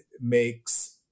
makes